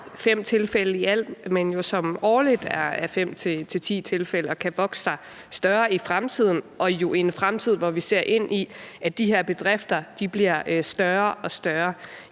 fem tilfælde i alt; det er jo fem-ti tilfælde årligt og kan vokse sig større i fremtiden – en fremtid, hvor vi jo ser ind i, at de her bedrifter bliver større og større.